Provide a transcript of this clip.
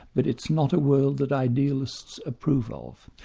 but it's not a world that idealists approve of.